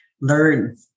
learn